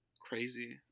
Crazy